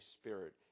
Spirit